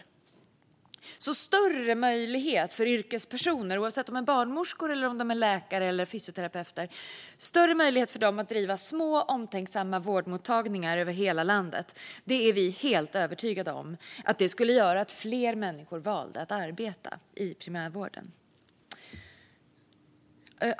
Vi är helt övertygade om att större möjlighet för yrkespersoner - oavsett om de är barnmorskor, läkare eller fysioterapeuter - att driva små, omtänksamma vårdmottagningar över hela landet skulle göra att fler människor väljer att arbeta i primärvården.